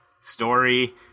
story